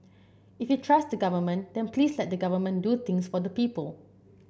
if you trust the Government then please let the Government do things for the people